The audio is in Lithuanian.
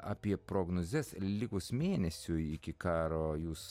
apie prognozes likus mėnesiui iki karo jūs